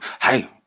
Hey